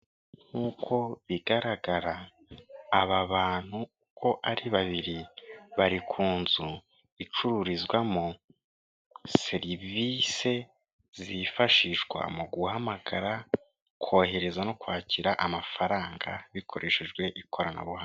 Nk'uko bigaragara aba bantu uko ari babiri, bari ku nzu icururizwamo, serivise zifashishwa mu guhamagara, kohereza no kwakira amafaranga bikoreshejwe ikoranabuhanga.